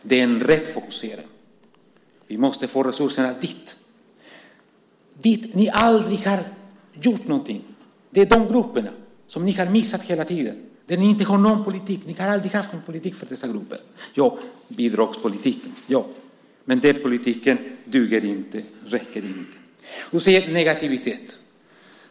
Det är en riktig fokusering. Vi måste få resurserna dit. Där har ni aldrig gjort någonting. Det är de grupperna som ni hela tiden har missat. Ni har ingen politik och har aldrig haft någon politik för dessa grupper, utom bidragspolitiken. Men den politiken duger inte, den räcker inte. Du talar om min negativitet.